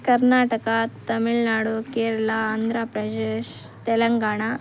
Karnataka Tamil Nadu Kerala Andhra Pradesh Telangana